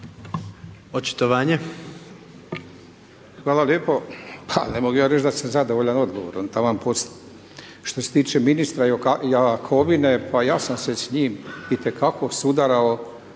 Zdravko (Nezavisni)** Pa ne mogu ja reći da sam zadovoljan odgovorom, taman posla. Što se tiče ministra Jakovine, pa ja sam se s njim itekako sudarao